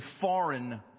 foreign